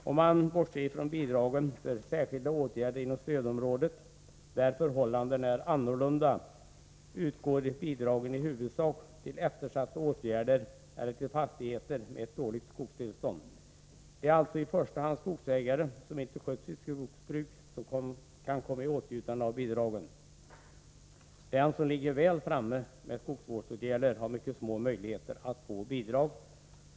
Om man bortser från bidragen för särskilda åtgärder inom stödområdet, där förhållandena är annorlunda, utgår bidrag i huvudsak till eftersatta åtgärder eller till fastigheter med ett dåligt skogstillstånd. Det är alltså i första hand skogsägare som inte skött sitt skogsbruk som kan komma i åtnjutande av bidragen. Den som ligger väl framme med skogsvårdsåtgärder har mycket små möjligheter att få bidrag.